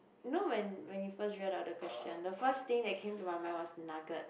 you know when when you first read out the question the first thing that came to my mind was nugget